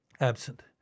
absent